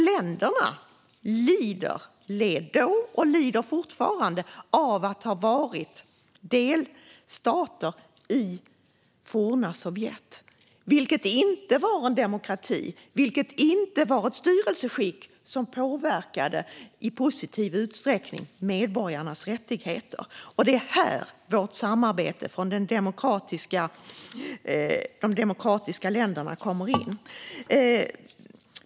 Länderna led nämligen då, och lider fortfarande, av att ha varit delstater i det forna Sovjet - vilket inte var en demokrati och där man inte hade ett styrelseskick som påverkade medborgarnas rättigheter i positiv riktning. Det är här vårt samarbete från de demokratiska länderna kommer in.